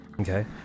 Okay